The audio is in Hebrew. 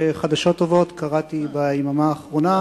חדשות טובות קראתי ביממה האחרונה.